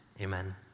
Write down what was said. Amen